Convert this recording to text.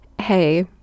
hey